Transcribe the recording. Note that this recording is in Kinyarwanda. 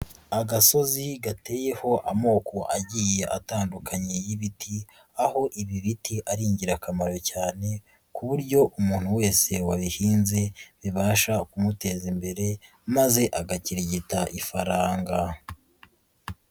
Agasozi gateyeho amoko agiye atandukanye y'ibiti, aho ibi biti ari ingirakamaro cyane, ku buryo umuntu wese wabihinze bibasha kumuteza imbere maze agakirigita ifaranga.